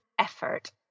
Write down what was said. Effort